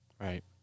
Right